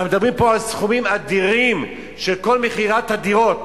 אנחנו מדברים פה על סכומים אדירים של כל מכירת הדירות.